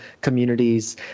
communities